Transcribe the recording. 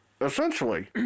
Essentially